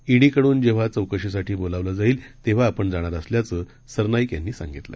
ईडीकडूनजेव्हाचौकशीसाठीबोलावलंजाईल तेव्हाआपणजाणारअसल्याचंसरनाईकयांनीसांगितलं